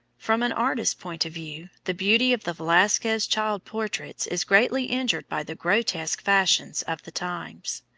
from an artist's point of view, the beauty of the velasquez child portraits is greatly injured by the grotesque fashions of the times.